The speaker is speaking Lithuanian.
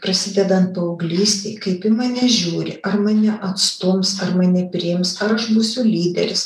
prasidedant paauglystei kaip į mane žiūri ar mane atstums ar mane priims ar aš būsiu lyderis